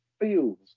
feels